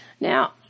Now